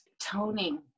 toning